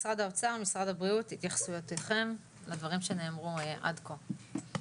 משרד האוצר ומשרד הבריאות - התייחסויותיכם לדברים שנאמרו עד כה.